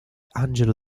angelo